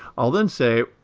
i'll then say,